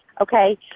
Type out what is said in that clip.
Okay